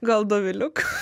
gal doviliuk